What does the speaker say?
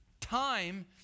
time